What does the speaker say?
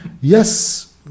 Yes